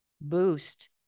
boost